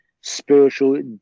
spiritual